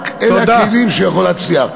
רק אלה הכלים שאתם הוא יכול להצליח.